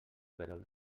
perol